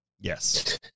yes